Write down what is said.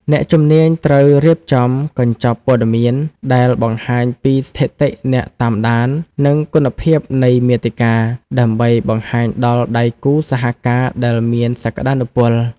អ្នកជំនាញត្រូវរៀបចំកញ្ចប់ព័ត៌មាន ដែលបង្ហាញពីស្ថិតិអ្នកតាមដាន និងគុណភាពនៃមាតិកា ដើម្បីបង្ហាញដល់ដៃគូសហការដែលមានសក្តានុពល។